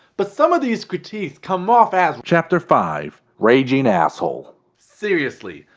but some of these critiques come off as, chapter five raging asshole seriously,